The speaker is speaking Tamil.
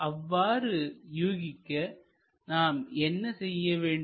அவ்வாறு யூகிக்க நாம் என்ன செய்ய வேண்டும்